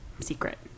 Secret